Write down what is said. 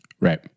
Right